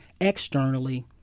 externally